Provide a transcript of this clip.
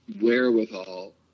wherewithal